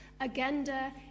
Agenda